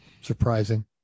surprising